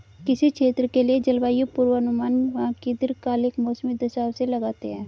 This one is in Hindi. किसी क्षेत्र के लिए जलवायु पूर्वानुमान वहां की दीर्घकालिक मौसमी दशाओं से लगाते हैं